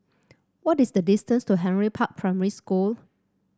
what is the distance to Henry Park Primary School